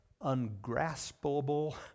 ungraspable